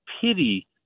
pity